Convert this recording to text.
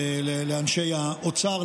לאנשי האוצר,